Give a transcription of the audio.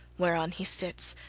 whereon he sits,